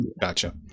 gotcha